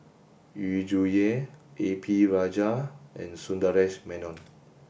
Yu Zhuye A P Rajah and Sundaresh Menon